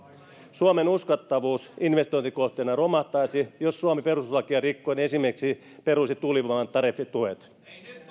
suomen uskottavuus investointikohteena romahtaisi jos suomi perustuslakia rikkoen esimerkiksi peruisi tuulivoiman tariffituet